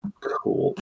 Cool